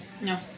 No